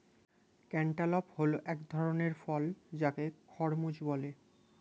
cantaloupe হল এক ধরণের ফল যাকে খরমুজ বলে